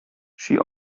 she